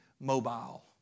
mobile